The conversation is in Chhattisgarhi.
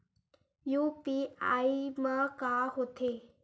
यू.पी.आई मा का होथे?